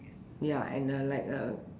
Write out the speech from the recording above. ya and like